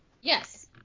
Yes